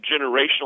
generational